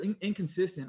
inconsistent